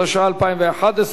התשע"א 2011,